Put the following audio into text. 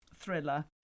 thriller